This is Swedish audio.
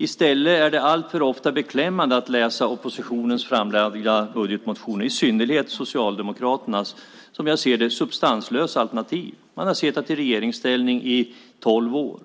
I stället är det alltför ofta beklämmande att läsa oppositionens framlagda budgetmotioner, i synnerhet Socialdemokraternas som jag ser det substanslösa alternativ. De har suttit i regeringsställning i tolv år.